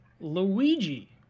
Luigi